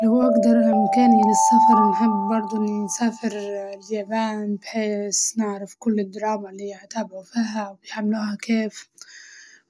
لو أقدر بإمكاني للسفر نحب برضه نسافر اليابان، بحيس نعرف كل الدراما اللي نتابعوا فيها ونحملوها كيف،